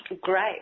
great